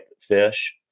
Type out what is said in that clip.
fish